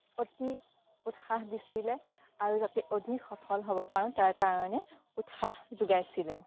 অতি উৎসাহ দিছিলে আৰু যাতে অধিক সফল হ'ব পাৰোঁ তাৰ কাৰণে উৎসাহ যোগাইছিলে